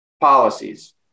policies